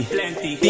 Plenty